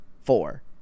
Four